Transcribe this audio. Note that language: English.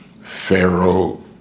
Pharaoh